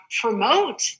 promote